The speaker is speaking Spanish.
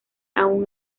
aun